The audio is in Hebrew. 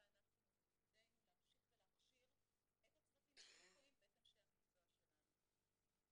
ותפקידנו להמשיך ולהכשיר את הצוותים החינוכיים ואת אנשי המקצוע שלנו.